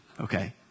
Okay